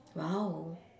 !wow!